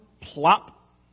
plop